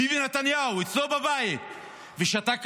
אצלו בבית, ושתה קפה,